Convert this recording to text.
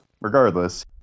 Regardless